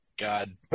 God